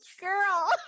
girl